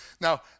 now